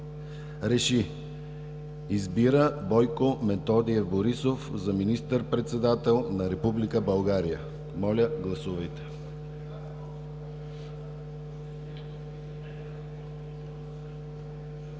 РЕШИ: Избира Бойко Методиев Борисов за министър-председател на Република България.“ Моля, гласувайте.